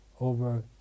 over